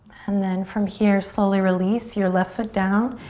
and then from here, slowly release your left foot down.